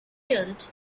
killed